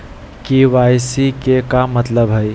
KYC के का मतलब हई?